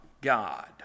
God